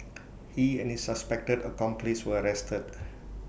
he and his suspected accomplice were arrested